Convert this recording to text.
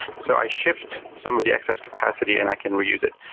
so i shift some of the excess capacity and i can reuse it.